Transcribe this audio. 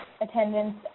attendance